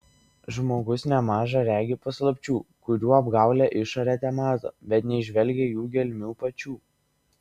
žmogus nemaža regi paslapčių kurių apgaulią išorę temato bet neįžvelgia jų gelmių pačių